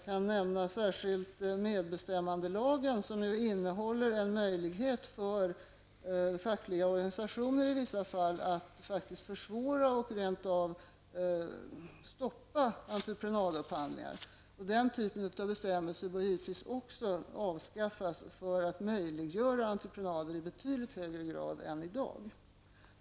Jag kan särskilt nämna medbestämmandelagen, som innehåller en möjlighet för fackliga organisationer att i vissa fall faktiskt försvåra och rent av stoppa entreprenadupphandlingar. Den typen av bestämmelser bör givetvis också avskaffas för att möjliggöra entreprenader i betydligt högre grad än i dag.